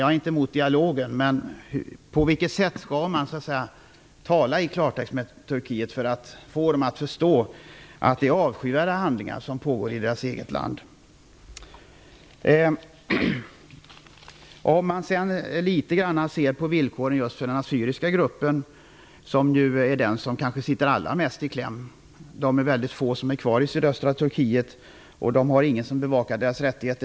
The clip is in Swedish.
Jag har inget emot dialoger, men på vilket sätt skall man tala med Turkiet för att få dem att förstå att det som pågår i deras land är avskyvärda handlingar? Den assyriska gruppen är kanske den som sitter allra mest i kläm. Det är väldigt få assyrier kvar i sydöstra Turkiet, och de har ingen som bevakar deras rättigheter.